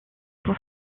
pour